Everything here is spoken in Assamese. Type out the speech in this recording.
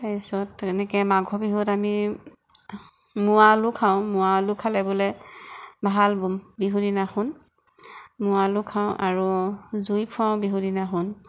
তাৰপিছত তেনেকৈ মাঘৰ বিহুত আমি মোৱা আলু খাওঁ মোৱা আলু খালে বোলে ভাল বিহুৰ দিনাখন মোৱা আলু খাওঁ আৰু জুই ফুৱাওঁ বিহুৰ দিনাখন